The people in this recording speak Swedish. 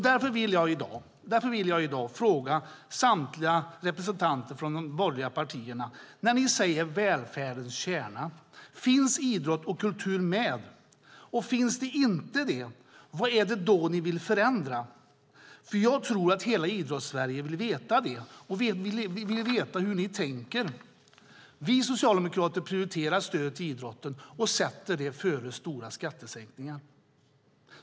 Därför vill jag i dag fråga samtliga representanter från de borgerliga partierna: Finns idrott och kultur med när ni nämner välfärdens kärna? Om det inte finns med undrar jag: Vad är det då ni vill förändra? Jag tror att hela Idrottssverige vill veta det och vill veta hur ni tänker. Vi socialdemokrater prioriterar stöd till idrotten och sätter det före stora skattesänkningar.